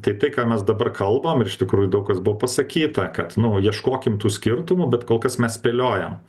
tai tai ką mes dabar kalbam ir iš tikrųjų daug kas buvo pasakyta kad nu ieškokim tų skirtumų bet kol kas mes spėliojam